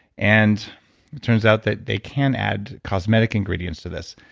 and it turns out that they can add cosmetic ingredients to this.